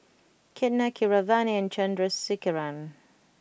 Ketna Keeravani and Chandrasekaran